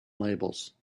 labels